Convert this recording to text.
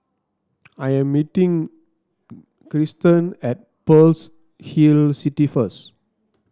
I am meeting Cristen at Pearl's Hill City first